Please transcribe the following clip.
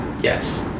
Yes